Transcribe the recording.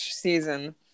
season